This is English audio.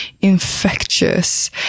infectious